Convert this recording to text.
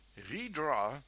Redraw